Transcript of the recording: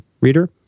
Reader